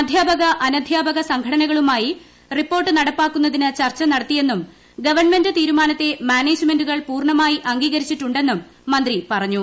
അധ്യാപക അനധ്യാപക സംഘടനകളുമായി റിപ്പ്ലോർട്ട് നടപ്പാക്കുന്നതിന് ചർച്ച നടത്തിയെന്നും ഗവൺമെന്റ് തീരുമാനത്തെ മാനേജ്മെന്റുകൾ പൂർണ്ണമായി അംഗീകരിച്ചിട്ടുണ്ടെന്നും മന്ത്രി പറഞ്ഞു